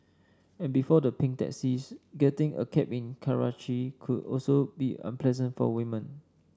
and before the pink taxis getting a cab in Karachi could also be unpleasant for women